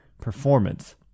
performance